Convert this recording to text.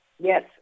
Yes